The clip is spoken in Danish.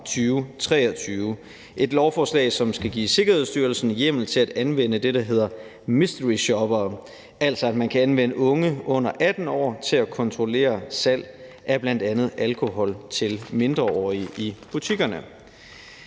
et lovforslag, som skal give Sikkerhedsstyrelsen hjemmel til at anvende det, der hedder mysteryshoppere, altså sådan at man kan anvende unge under 18 år til at kontrollere salg af bl.a. alkohol til mindreårige i butikkerne.